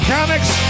Comics